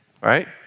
right